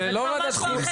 זה כבר משהו אחר.